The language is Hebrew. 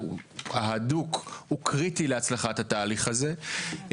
ההדוק הוא קריטי להצלחת התהליך הזה.